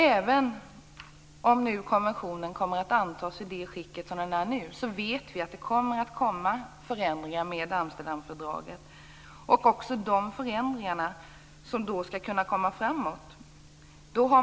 Även om konventionen antas i nuvarande skick vet vi att det kommer att ske förändringar genom Amsterdamfördraget, också förändringar som kan leda framåt.